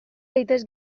zaitez